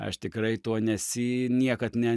aš tikrai to nesi niekad ne